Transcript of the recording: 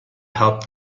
helped